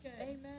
Amen